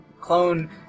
clone